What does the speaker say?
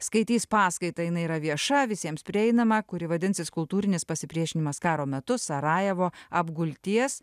skaitys paskaitą jinai yra vieša visiems prieinama kuri vadinsis kultūrinis pasipriešinimas karo metu sarajevo apgulties